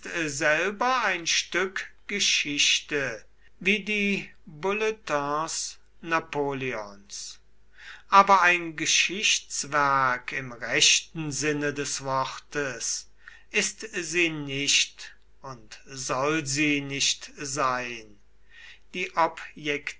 selber ein stück geschichte wie die bulletins napoleons aber ein geschichtswerk im rechten sinne des wortes ist sie nicht und soll sie nicht sein die